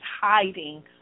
hiding